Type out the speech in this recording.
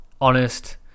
honest